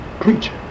preacher